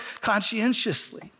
conscientiously